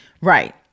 Right